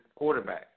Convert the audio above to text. quarterbacks